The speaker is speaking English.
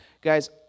Guys